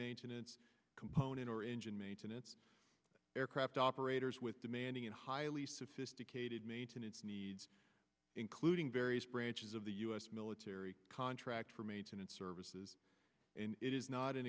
maintenance component or engine maintenance aircraft operators with demanding and highly sophisticated maintenance needs including various branches of the us military contract for maintenance services it is not an